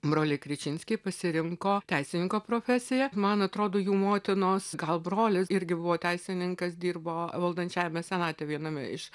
broliai kričinskiai pasirinko teisininko profesiją man atrodo jų motinos gal brolis irgi buvo teisininkas dirbo valdančiajame senate viename iš